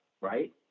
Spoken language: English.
right